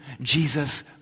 Jesus